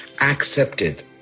accepted